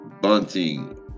bunting